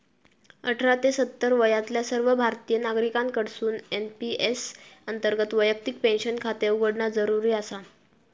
अठरा ते सत्तर वयातल्या सर्व भारतीय नागरिकांकडसून एन.पी.एस अंतर्गत वैयक्तिक पेन्शन खाते उघडणा जरुरी आसा